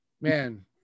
Man